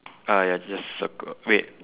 ah ya just circle wait